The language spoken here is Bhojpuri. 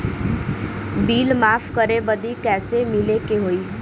बिल माफ करे बदी कैसे मिले के होई?